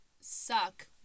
suck